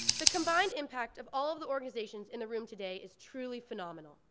the combined impact of all of the organizations in the room today is truly phenomenal.